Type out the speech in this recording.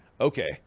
okay